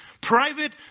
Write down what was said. private